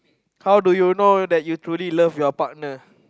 how do you know that you truly love your partner